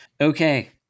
okay